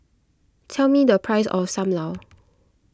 tell me the price of Sam Lau